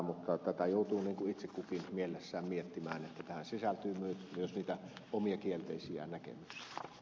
mutta tätä joutuu itse kukin mielessään miettimään että tähän sisältyy myös niitä omia kielteisiä näkemyksiä